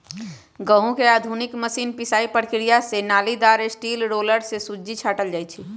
गहुँम के आधुनिक मशीन पिसाइ प्रक्रिया से नालिदार स्टील रोलर से सुज्जी छाटल जाइ छइ